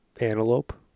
antelope